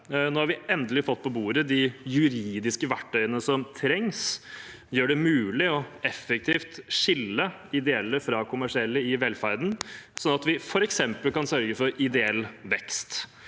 Nå har vi endelig fått på bordet de juridiske verktøyene som trengs. Det gjør det mulig effektivt å skille ideelle fra kommersielle i velferden, sånn at vi f.eks. kan sørge for ideell vekst.